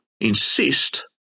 insist